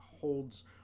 holds